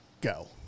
go